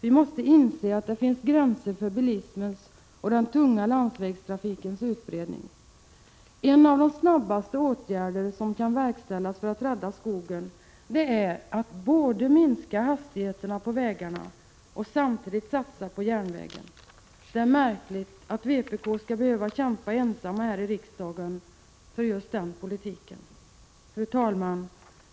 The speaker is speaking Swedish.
Vi måste inse att det finns gränser för bilismens och den tunga landsvägstrafikens utbredning. En av de snabbaste åtgärder som kan verkställas för att rädda skogen är att både minska hastigheterna på vägarna och samtidigt satsa på järnvägen. Det är märkligt att vpk skall behöva kämpa ensamt här i riksdagen för just den politiken. Fru talman!